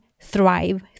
thrive